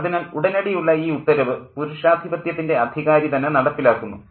അതിനാൽ ഉടനടിയുള്ള ഈ ഉത്തരവ് പുരുഷാധിപത്യത്തിൻ്റെ അധികാരി തന്നെ നടപ്പിലാക്കുന്നു